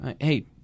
hey